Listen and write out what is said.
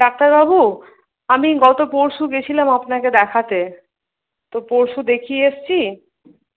ডাক্তারবাবু আমি গত পরশু গেছিলাম আপনাকে দেখাতে তো পরশু দেখিয়ে এসছি